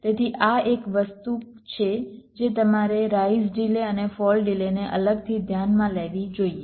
તેથી આ એક વસ્તુ છે જે તમારે રાઈઝ ડિલે અને ફોલ ડિલેને અલગથી ધ્યાનમાં લેવી જોઈએ